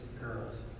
girls